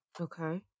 Okay